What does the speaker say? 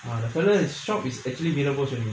further is shop is actually available to me